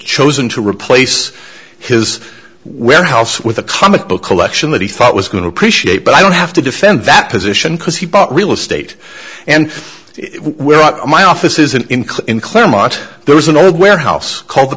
chosen to replace his warehouse with a comic book collection that he thought was going to preach but i don't have to defend that position because he bought real estate and where out of my office is an include in claremont there is an old warehouse called the